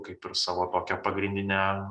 kaip ir savo tokią pagrindinę